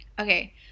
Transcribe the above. Okay